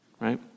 Right